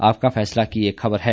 आपका फैसला की एक खबर है